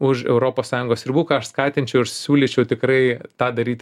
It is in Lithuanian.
už europos sąjungos ribų ką aš skatinčiau ir siūlyčiau tikrai tą daryt